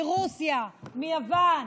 מרוסיה, מיוון,